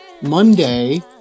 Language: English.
Monday